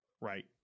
Right